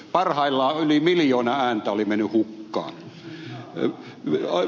parhaimmillaan yli miljoona ääntä oli mennyt hukkaan